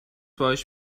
باهاش